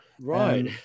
Right